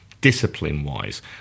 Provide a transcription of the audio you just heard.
discipline-wise